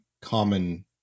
common